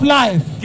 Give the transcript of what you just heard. life